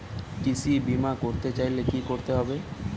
কৃষি বিমা করতে চাইলে কি করতে হবে?